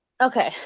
okay